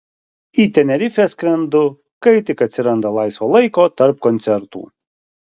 į tenerifę skrendu kai tik atsiranda laisvo laiko tarp koncertų